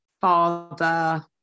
father